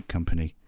Company